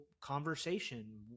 conversation